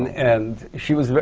and she was,